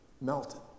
melted